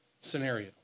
scenario